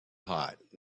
hot